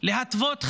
להתוות חזון,